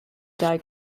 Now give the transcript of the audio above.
been